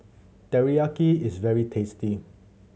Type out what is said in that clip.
teriyaki is very tasty